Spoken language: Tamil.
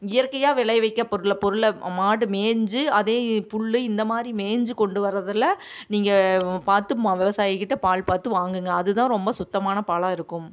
இயற்கையாக விளைய வைக்க பொருளை பொருளில் மாடு மேய்ஞ்சி அதே புல் இந்த மாதிரி மேய்ஞ்சி கொண்டு வரதில்ல நீங்கள் பார்த்து விவசாயிகிட்ட பால் பார்த்து வாங்குங்க அதுதான் ரொம்ப சுத்தமான பாலாக இருக்கும்